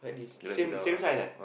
you like then sit down ah